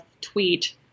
tweet